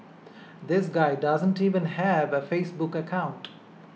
this guy does not even have a Facebook account